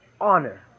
honor